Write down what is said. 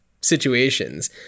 situations